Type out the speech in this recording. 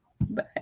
Bye